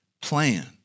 plan